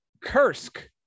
Kursk